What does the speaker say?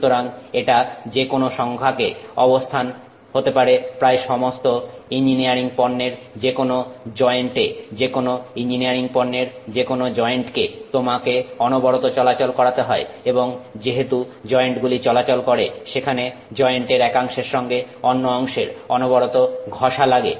সুতরাং এটা যে কোন সংখ্যাকে অবস্থান হতে পারে প্রায় সমস্ত ইঞ্জিনিয়ারিং পণ্যের যেকোনো জয়েন্ট এ যেকোনো ইঞ্জিনিয়ারিং পণ্যের যেকোনো জয়েন্টকে তোমাকে অনবরত চলাচল করাতে হয় এবং যেহেতু জয়েন্টগুলি চলাচল করে সেখানে জয়েন্টের একাংশের সঙ্গে অন্য অংশের অনবরত ঘষা লাগে